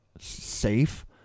safe